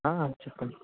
చెప్పండి